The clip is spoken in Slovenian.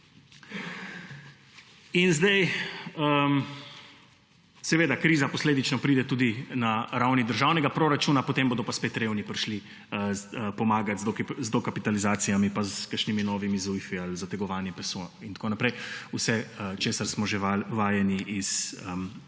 proračunom. Kriza posledično pride tudi na ravni državnega proračuna, potem bodo pa spet revni prišli pomagat z dokapitalizacijami pa s kakšnimi novimi zujfi ali zategovanjem pasu in tako naprej, vsem, česar smo že vajeni iz